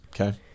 okay